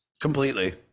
Completely